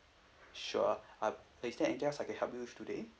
sure uh is there anything else I can help you with today